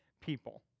people